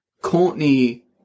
Courtney